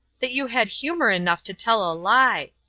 that you had humour enough to tell a lie.